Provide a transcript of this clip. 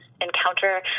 encounter